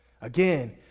Again